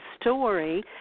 story